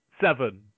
Seven